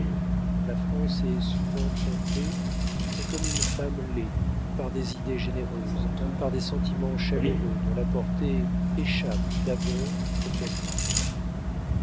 la france est souvent trompée mais comme une femme l'est par des idées généreuses par des sentiments chaleureux dont la portée échappe d'abord au calcul